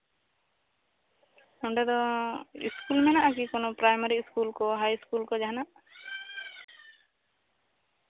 ᱱᱚᱰᱮᱫᱚ ᱥᱠᱩᱞ ᱢᱮᱱᱟᱜᱼᱟ ᱠᱤ ᱯᱨᱟᱭᱢᱟᱨᱤ ᱥᱠᱩᱞ ᱠᱚ ᱦᱟᱭ ᱥᱠᱩᱞ ᱠᱚ ᱡᱟᱦᱟᱸᱱᱟᱜ